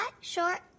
short